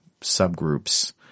subgroups